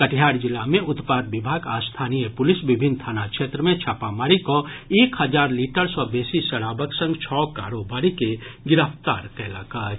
कटिहार जिला मे उत्पाद विभाग आ स्थानीय पुलिस विभिन्न थाना क्षेत्र मे छापामारी कऽ एक हजार लीटर सँ बेसी शराबक संग छओ कारोबारी के गिरफ्तार कयलक अछि